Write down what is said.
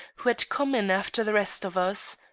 who had come in after the rest of us.